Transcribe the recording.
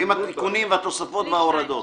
אני מאשר עם התיקונים, והתוספות וההורדות.